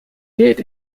geht